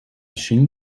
shin